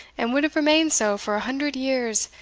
and would have remained so for a hundred years,